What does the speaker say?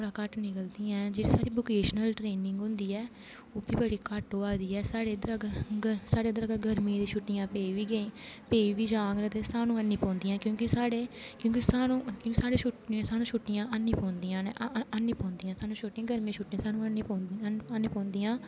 टीचरां बड़ी घट्ट निकलदियां जेहड़ी साढ़ी वोकेशनल ट्रैनिंग होंदी ऐ ओह्बी बड़ी घट्ट होआ दी ऐ साढ़े इद्धर अगर साढ़े इद्धर अगर गर्मियें दी छुटियां पेई बी गेइयां पेई बी जान ते स्हानू है नी पौंदियां क्योंकि साढ़े क्योंकि स्हानू साढ़े छुटियां है नी पौंदियां है नी पौंदियां स्हानू छुट्टियां गर्मियें दियां छुट्टियां स्हानू है नी पौंदियां है नी पौंदियां